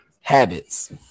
habits